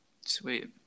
Sweet